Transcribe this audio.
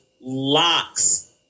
locks